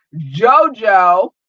Jojo